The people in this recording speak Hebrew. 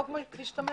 כפי שאת אומרת,